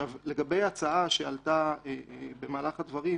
לגבי ההצעה שעלתה במהלך הדברים